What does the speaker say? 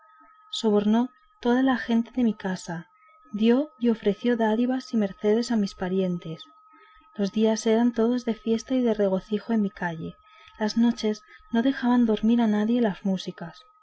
sobornó toda la gente de mi casa dio y ofreció dádivas y mercedes a mis parientes los días eran todos de fiesta y de regocijo en mi calle las noches no dejaban dormir a nadie las músicas